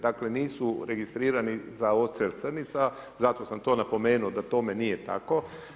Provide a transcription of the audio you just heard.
Dakle, nisu registrirani za odstrel srnica, zato sam to napomenuo, da tome nije tako.